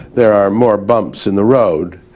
there are more bumps in the road,